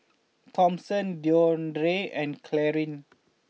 Thompson Deondre and Clarine